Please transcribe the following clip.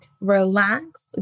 relax